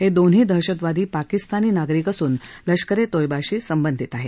हे दोन्ही दहशतवादी पाकिस्तानी नागरिक असून लष्करे तोयबाशी संबंधित आहेत